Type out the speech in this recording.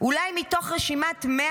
"אולי מתוך רשימת 100"